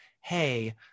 hey